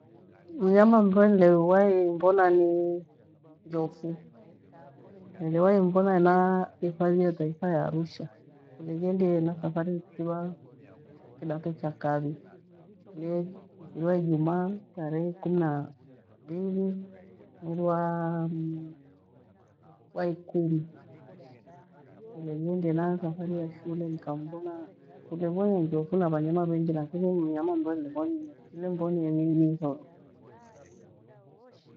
Mnyama mrwe nilewaie imwona ni njofu, nilewahie imwona hena hifadhi ya taifa ya Arusha. Muleghendie hena thafari vukiva kidato cha kavi nile mfiri wa ijumaa tarehe kumi na mbili mwiri wa ikumi, vueghendie hena thafari ya shulel nikamwona, vulevonie njofu va vyanyama vengi lakini mnyama mrwe nilemvonie ni nyiho.